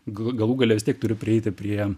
g galų gale vis tiek turiu prieiti prie